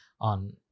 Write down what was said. on